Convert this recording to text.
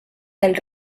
del